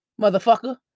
motherfucker